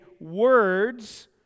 words